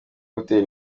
gutera